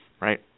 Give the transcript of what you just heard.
right